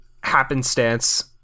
happenstance